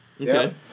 Okay